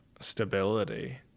stability